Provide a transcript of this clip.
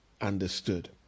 understood